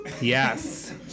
yes